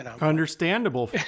understandable